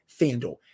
FanDuel